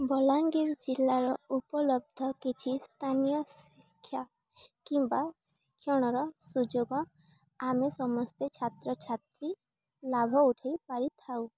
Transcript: ବଲାଙ୍ଗୀର ଜିଲ୍ଲାର ଉପଲବ୍ଧ କିଛି ସ୍ଥାନୀୟ ଶିକ୍ଷା କିମ୍ବା ଶିକ୍ଷଣର ସୁଯୋଗ ଆମେ ସମସ୍ତେ ଛାତ୍ରଛାତ୍ରୀ ଲାଭ ଉଠାଇ ପାରିଥାଉ